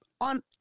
on